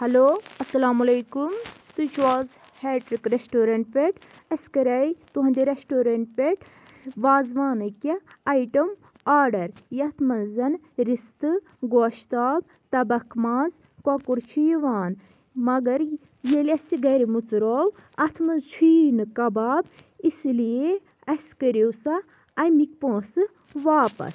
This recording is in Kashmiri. ہیٚلو اَسَلام علیکُم تُہۍ چھُو حظ ہیٹرِک ریسٹورنٛٹ پٮ۪ٹھ اَسہِ کَراے تُہٕنٛدِ ریسٹورنٛٹ پٮ۪ٹھ وازٕ وانٕکۍ کیٚنٛہہ آیٹم آرڈر یَتھ منٛز زن رِستہٕ گوشتاب تبکھ ماز کۄکُر چھُ یِوان مگر ییٚلہِ اَسہِ یہِ گَرِ مُژرو اَتھ منٛز چھُیی نہٕ کباب اِسی لیے اَسہِ کٔرِو سا اَمِکۍ پۅنٛسہٕ واپس